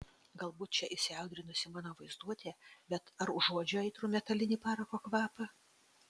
galbūt čia įsiaudrinusi mano vaizduotė bet ar užuodžiu aitrų metalinį parako kvapą